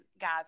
guys